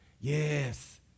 Yes